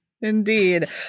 Indeed